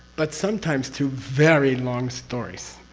but sometimes through very long stories,